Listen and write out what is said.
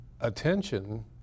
attention